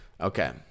okay